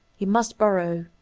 he must borrow.